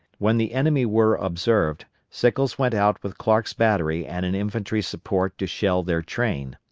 when the enemy were observed, sickles went out with clark's battery and an infantry support to shell their train.